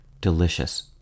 delicious